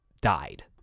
died